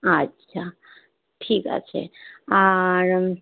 আচ্ছা ঠিক আছে আর